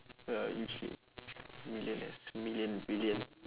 ya usually millionaires million billion